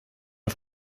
auf